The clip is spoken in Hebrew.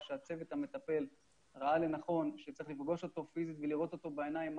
שהצוות המטפל ראה לנכון שצריך לפגוש אותו פיזית ולראות אותו בעיניים,